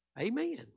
Amen